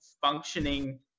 functioning